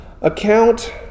account